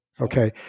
Okay